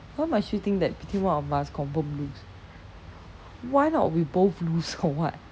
why must you think that between one of us confirm lose why not we both lose or what